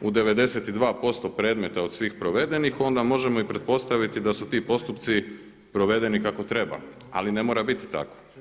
u 92% predmeta od svih provedenih onda možemo i pretpostaviti da su ti postupci provedeni kako treba, ali ne mora biti tako.